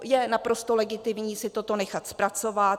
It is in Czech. Je naprosto legitimní toto nechat zpracovat.